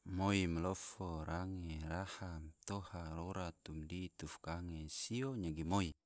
Rimoi, malofo, range, raha, romtoha, rora, tomdi, tufkange, sio, nyagimoi